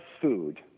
Food